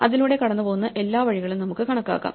അതിലൂടെ കടന്നുപോകുന്ന എല്ലാ വഴികളും നമുക്ക് കണക്കാക്കാം